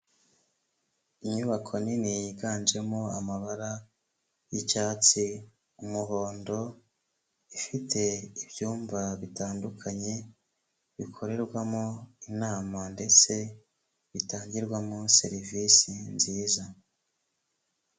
Inyubako nini yiganjemo amabara y'icyatsi, umuhondo, ifite ibyumba bitandukanye bikorerwamo inama ndetse bitangirwamo serivisi nziza.